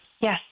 Yes